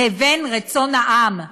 לבין רצון העם.